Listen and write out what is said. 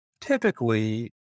typically